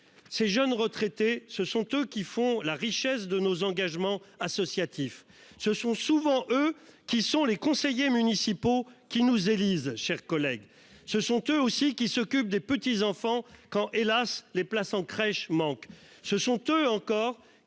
Ces jeunes retraités. Ce sont eux qui font la richesse de nos engagements associatifs. Ce sont souvent eux qui sont les conseillers municipaux qui nous élisent chers collègues ce sont eux aussi qui s'occupe des petits enfants quand hélas les places en crèche manque